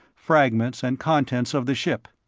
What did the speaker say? fragments and contents of the ship.